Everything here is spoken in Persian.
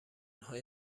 های